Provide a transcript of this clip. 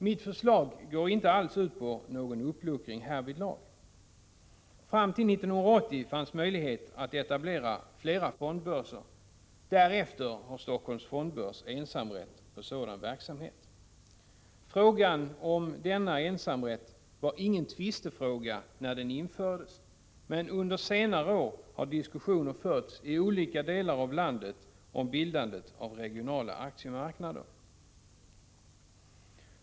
Mitt förslag går inte alls ut på någon uppluckring härvidlag. Fram till 1980 fanns möjlighet att etablera flera fondbörser. Därefter har Helsingforss fondbörs haft ensamrätt på sådan verksamhet. Frågan om denna ensamrätt var ingen tvistefråga när den infördes. Men under senare år har diskussioner förts i olika delar av landet om bildandet av regionala aktiemarknader.